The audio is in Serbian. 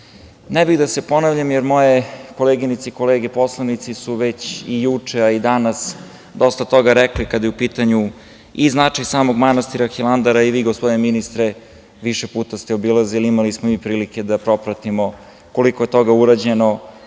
bih da se ponavljam, jer moje koleginice i kolege poslanici, su već i juče, a i danas dosta toga rekli, kada je u pitanju i značaj samog manastira Hilandar, a i vi gospodine ministre više puta ste ga obilazili. Imali smo mi prilike da propratimo koliko je toga urađeno,